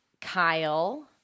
Kyle